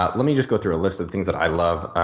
ah let me just go through a list of things that i love.